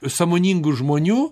sąmoningų žmonių